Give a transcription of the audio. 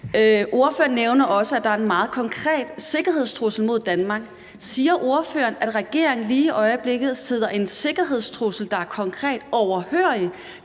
Ordføreren nævner også, at der er en meget konkret sikkerhedstrussel mod Danmark. Siger ordføreren, at regeringen lige i øjeblikket sidder en sikkerhedstrussel, der er konkret, overhørig?